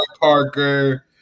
Parker